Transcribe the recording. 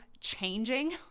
changing